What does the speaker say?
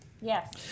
Yes